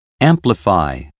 Amplify